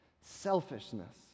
Selfishness